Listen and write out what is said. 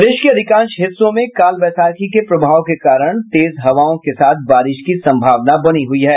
प्रदेश के अधिकांश हिस्सों में कालबैसाखी के प्रभाव के कारण तेज हवाओं के साथ बारिश की संभावना बनी हुयी है